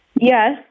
Yes